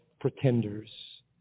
pretenders